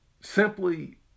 Simply